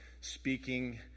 speaking